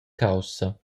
caussa